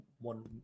one